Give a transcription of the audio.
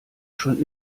schon